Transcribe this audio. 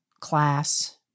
class